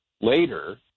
later